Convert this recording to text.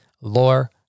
Lore